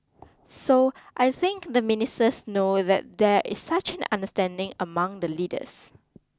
so I think the ministers know that there is such an understanding among the leaders